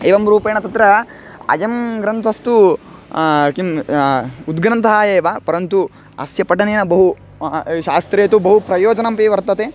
एवं रूपेण तत्र अयं ग्रन्थस्तु किम् उद्ग्रन्थः एव परन्तु अस्य पठनेन बहु शास्त्रे तु बहु प्रयोजनमपि वर्तते